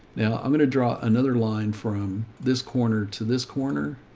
now i'm going to draw another line from this corner to this corner.